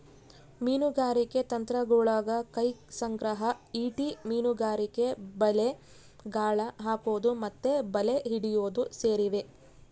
ಮೀನುಗಾರಿಕೆ ತಂತ್ರಗುಳಗ ಕೈ ಸಂಗ್ರಹ, ಈಟಿ ಮೀನುಗಾರಿಕೆ, ಬಲೆ, ಗಾಳ ಹಾಕೊದು ಮತ್ತೆ ಬಲೆ ಹಿಡಿಯೊದು ಸೇರಿವ